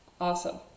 awesome